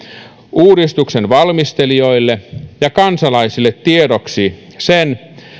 uudistuksen valmistelijoille ja kansalaisille tiedoksi sen